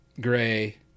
gray